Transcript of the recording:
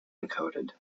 encoded